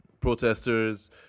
protesters